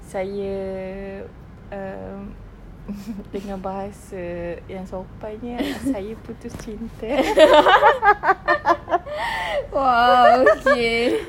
saya um dengan bahasa yang sopannya saya putus cinta